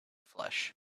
flesh